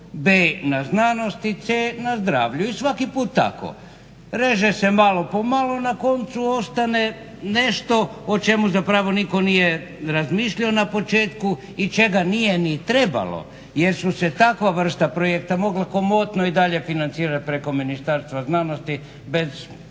b) na znanosti, c) na zdravlju, i svaki puta tako. Reže se malo po malo, na koncu ostane nešto o čemu zapravo niko nije razmišljao na početku i čega nije ni trebalo jer su se takva vrsta projekta mogla komotnije i dalje financirati preko Ministarstva znanosti bez